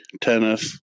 tennis